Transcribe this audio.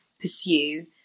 pursue